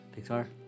Pixar